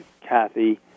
Kathy